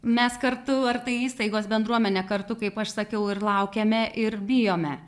mes kartu ar tai įstaigos bendruomenė kartu kaip aš sakiau ir laukiame ir bijome